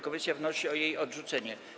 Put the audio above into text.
Komisja wnosi o jej odrzucenie.